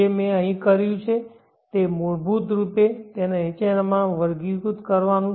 મેં અહીં જે કર્યું છે તે મૂળરૂપે તેને નીચેનામાં વર્ગીકૃત કરવાનું છે